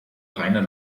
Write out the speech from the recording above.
reiner